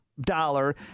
Dollar